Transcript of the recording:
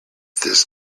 this